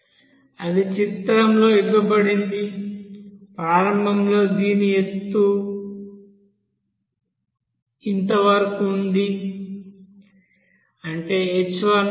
అది చిత్రంలో ఇవ్వబడింది ప్రారంభంలో ఇది ఈ ఎత్తు వరకు ఉంది అంటే h1